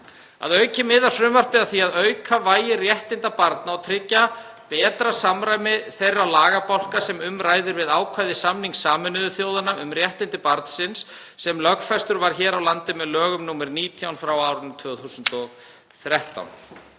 Að auki miðar frumvarpið að því að auka vægi réttinda barna og tryggja betra samræmi þeirra lagabálka sem um ræðir við ákvæði samnings Sameinuðu þjóðanna um réttindi barnsins sem lögfestur var hér á landi með lögum nr. 19/2013.